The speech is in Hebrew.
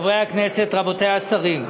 חברי הכנסת, רבותי השרים,